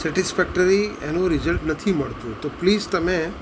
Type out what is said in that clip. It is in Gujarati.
સેટિસફેક્ટરી એનું રિઝલ્ટ નથી મળતું તો પ્લીઝ તમે